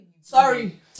Sorry